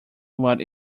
what